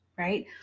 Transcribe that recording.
right